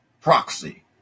proxy